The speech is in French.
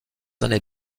années